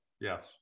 Yes